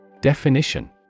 Definition